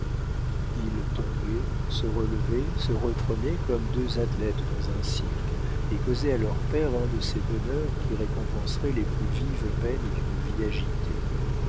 ils tombaient se relevaient se reprenaient comme deux athlètes dans un cirque et causaient à leur père un de ces bonheurs qui récompenserait les plus vives peines d'une vie agitée